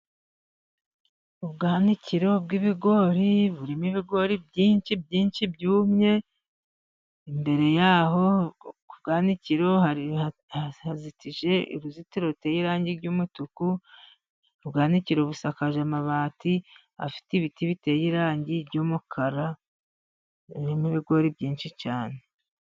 Ubwanikiro bw'ibigori, burimo ibigori byinshi byinshi byumye, imbere ya ho ku bwanikiro hazitije uruzitiro ruteye irangi ry'umutuku, ubwanikiro busakajwe amabati afite ibiti biteye irangi ry'umukara, burimo ibigori byinshi cyane.